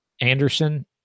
Anderson